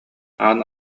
аан